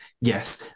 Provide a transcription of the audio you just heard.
yes